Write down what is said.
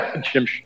Jim